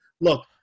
Look